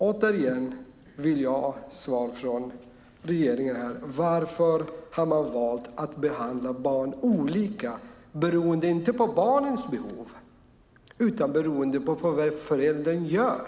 Återigen vill jag ha svar från regeringen på varför man har valt att behandla barn olika, inte beroende på barnens behov utan beroende på vad föräldern gör.